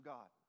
God